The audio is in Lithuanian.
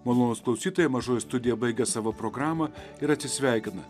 malonūs klausytojai mažoji studija baigia savo programą ir atsisveikina